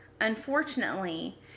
unfortunately